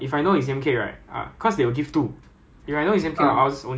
they not it's not not eating the food they give you they can charge you for not eating